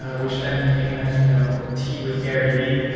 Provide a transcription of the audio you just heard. which then became, as you know, tea with garyvee.